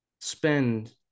spend